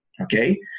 Okay